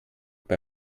bei